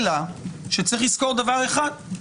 אלא שצריך לזכור דבר אחד.